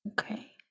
Okay